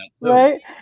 right